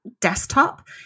desktop